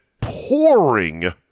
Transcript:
pouring